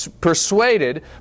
persuaded